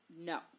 no